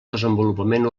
desenvolupament